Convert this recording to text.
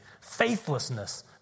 faithlessness